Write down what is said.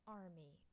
army